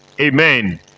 Amen